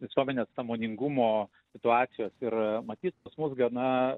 visuomenės sąmoningumo situacijos ir matyt mus gana